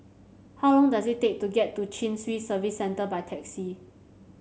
how long does it take to get to Chin Swee Service Centre by taxi